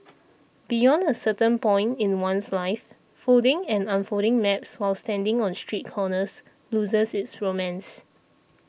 beyond a certain point in one's life folding and unfolding maps while standing on street corners loses its romance